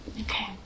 Okay